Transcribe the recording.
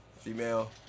Female